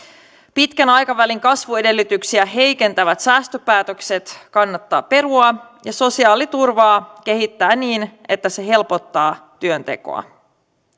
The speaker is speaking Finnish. pitkän aikavälin kasvuedellytyksiä heikentävät säästöpäätökset kannattaa perua ja sosiaaliturvaa kehittää niin että se helpottaa työntekoa